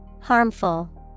Harmful